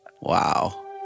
Wow